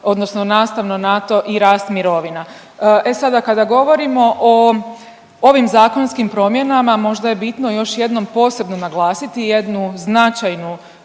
odnosno nastavno na to i rast mirovina. E sada kada govorimo o ovim zakonskim promjenama možda je bitno još jednom posebno naglasiti jednu značajnu